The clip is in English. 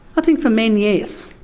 i think for men, yes.